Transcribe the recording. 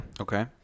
Okay